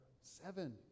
Seven